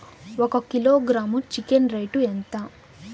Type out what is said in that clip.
ఒక kilogram chicken rate ఎంత?